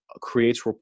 creates